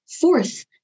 fourth